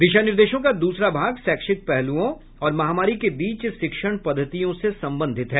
दिशा निर्देशों का दूसरा भाग शैक्षिक पहलुओं और महामारी के बीच शिक्षण पद्धतियों से संबंधित है